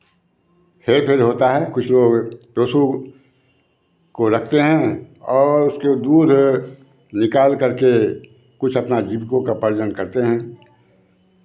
हेर फेर होता है कुछ लोग पशु को रखते हैं और उसके दूध निकालकर के कुछ अपना जीवकोपार्जन करते हैं